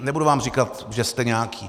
nebudu vám říkat, že jste nějaký.